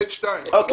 גם א.